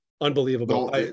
Unbelievable